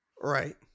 Right